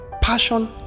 Passion